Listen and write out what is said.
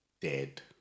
dead